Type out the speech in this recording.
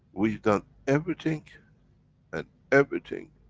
we've done everything and everything,